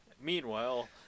Meanwhile